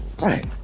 Right